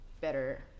better